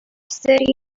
city